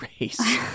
race